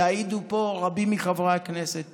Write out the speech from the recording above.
יעידו פה רבים מחברי הכנסת